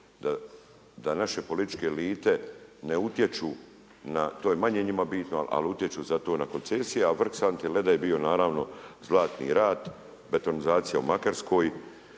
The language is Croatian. da naše političke elite ne utječu na, to je manje njima bitno, ali utječu zato na koncesije. A vrh sante leda bio je naravno Zlatni rad, betonizacija u Makarskoj,